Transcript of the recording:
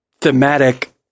thematic